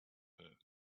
her